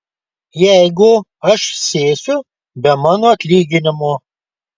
jeigu aš sėsiu be mano atlyginimo